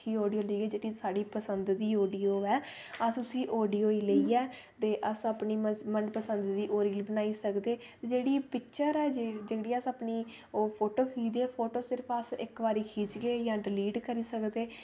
अच्छी आडियो लेइयै जेह्की साढ़ी पसंद दी आडियो ऐ अस उसी आडियो गी लेइयै ते अस अपनी मनपसंद दी कोई बी बनाई सकदे जेह्ड़ी पिक्चर ऐ जिं'दी अस अपनी फोटो खिच्चदे फोटो सिर्फ अस अपनी इक बारी खिच्चगे जां डिलीट करी सकदे